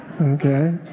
okay